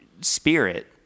spirit